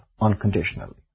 unconditionally